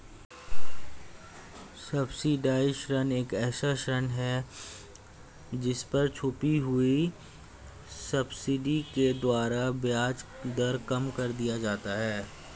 subsidised ऋण एक ऐसा ऋण है जिस पर छुपी हुई सब्सिडी के द्वारा ब्याज दर कम कर दिया जाता है